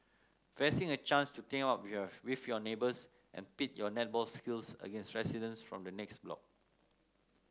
fancy a chance to team up your with your neighbours and pit your netball skills against residents from the next block